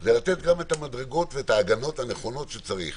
זה גם לתת את המדרגות ואת ההגנות הנכונות שצריך,